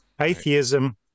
Atheism